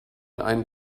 ein